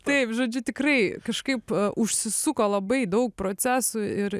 taip žodžiu tikrai kažkaip užsisuko labai daug procesų ir